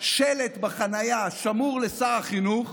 שלט בחניה: שמור לשר החינוך,